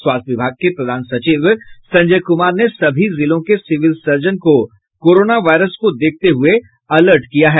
स्वास्थ्य विभाग के प्रधान सचिव संजय कुमार ने सभी जिलों के सिविल सर्जन को कोरोना वायरस को देखते हुये अलर्ट किया है